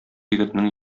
егетнең